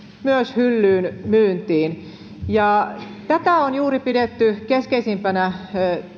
myös hyllyyn myyntiin ja tätä on juuri pidetty keskeisimpänä